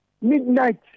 midnight